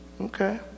Okay